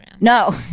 no